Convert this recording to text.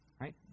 Right